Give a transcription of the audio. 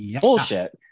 bullshit